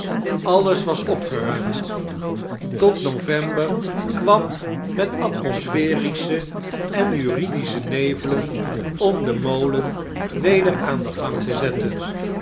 alles was opgeruimd tot november kwam met atmospherische en juridische nevelen om den molen weder aan den gang te zetten